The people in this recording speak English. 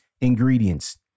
ingredients